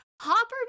hopper